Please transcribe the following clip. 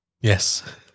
Yes